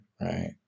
right